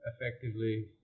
effectively